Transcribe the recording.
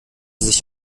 sich